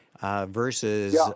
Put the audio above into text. versus